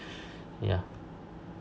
yeah